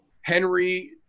Henry